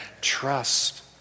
trust